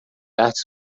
artes